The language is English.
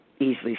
easily